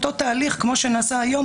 אותו תהליך כמו שנעשה היום,